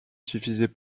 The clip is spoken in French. suffisait